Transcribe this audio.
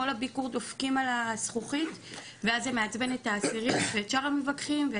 כל הביקור דופקים על הזכוכית ואז זה מעצבן את האסירים ואת שאר המבקרים.